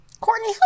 Courtney